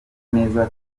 neza